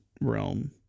realm